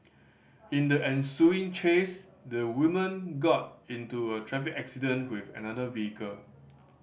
in the ensuing chase the woman got into a traffic accident with another vehicle